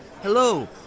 Hello